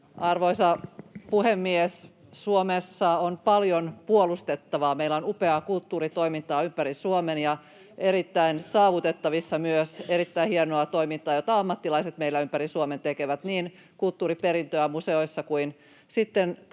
Arvoisa puhemies! Suomessa on paljon puolustettavaa. Meillä on upeaa kulttuuritoimintaa ympäri Suomen [Vasemmalta: Ei ole kohta!] ja erittäin saavutettavissa myös erittäin hienoa toimintaa, jota ammattilaiset meillä ympäri Suomen tekevät, niin kulttuuriperintöä museoissa kuin sitten teatteria, esittävää